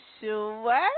sure